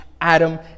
Adam